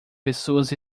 pessoas